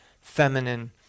feminine